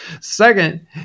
Second